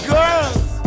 Girls